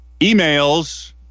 Emails